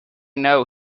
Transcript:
know